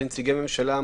כנציגי ממשלה,